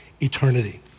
eternity